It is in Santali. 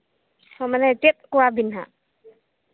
ᱢᱟᱱᱮ ᱪᱮᱫ ᱠᱚᱣᱟ ᱵᱤᱱ ᱦᱟᱸᱜ